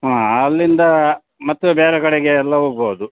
ಹಾಂ ಅಲ್ಲಿಂದ ಮತ್ತು ಬೇರೆ ಕಡೆಗೆ ಎಲ್ಲ ಹೋಗ್ಬಹುದು